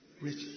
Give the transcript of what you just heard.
rich